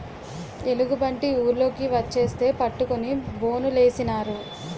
ఎలుగుబంటి ఊర్లోకి వచ్చేస్తే పట్టుకొని బోనులేసినారు